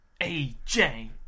AJ